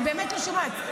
אני באמת לא שומעת.